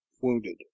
wounded